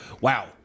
wow